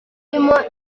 ribamo